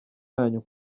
yanyu